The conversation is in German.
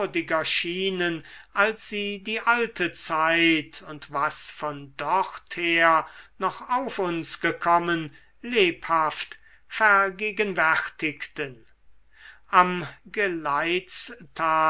würdiger schienen als sie die alte zeit und was von dorther noch auf uns gekommen lebhaft vergegenwärtigten am geleitstag